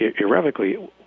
irrevocably